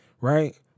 right